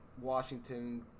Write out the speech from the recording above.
Washington